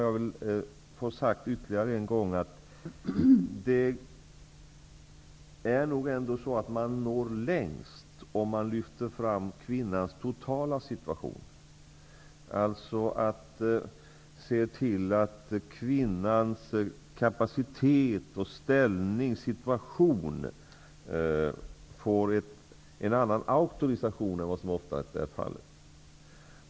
Jag vill ytterligare en gång nämna att man nog når längst om man lyfter fram kvinnans totala situation, dvs. att se till att kvinnans kapacitet, ställning och situation får en annan auktorisation än vad som ofta är fallet.